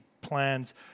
plans